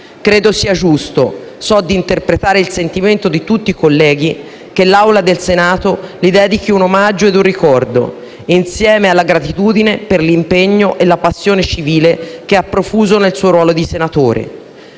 Credo sia giusto, e so di interpretare il sentimento di tutti i colleghi, che l'Aula del Senato gli dedichi un omaggio ed un ricordo insieme alla gratitudine per l'impegno e la passione civile che ha profuso nel suo ruolo di senatore.